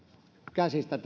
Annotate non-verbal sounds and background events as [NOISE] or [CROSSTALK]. käsistä [UNINTELLIGIBLE]